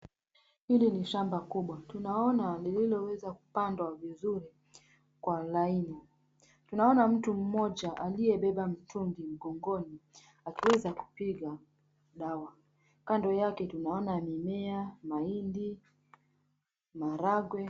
Hili ni shamba kubwa. Tunaona lililoweza kupandwa vizuri kwa laini. Tunaona mtu mmoja aliyebeba mtungi mgongoni. Akiweza kupiga dawa. Kando yake tunaona mimea mahindi maragwe.